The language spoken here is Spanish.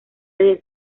desde